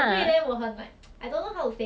我也不想 ya lah